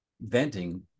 venting